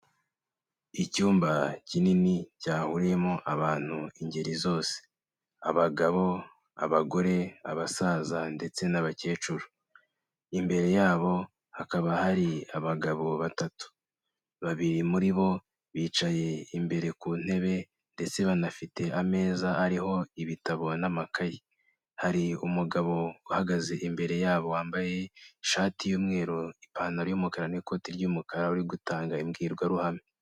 Icyumba kinini cyahuriyemo abantu ingeri zose abagabo, abagore, abasaza ndetse n'abakecuru, imbere yabo hakaba hari abagabo batatu, babiri muri bo bicaye imbere ku ntebe ndetse banafite ameza ariho ibitabo n'amakayi, hari umugabo uhagaze imbere yabo wambaye ishati y'umweru, ipantaro y'umukara n'ikote ry'umukara ari gutanga imbwirwaruhame.